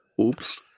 oops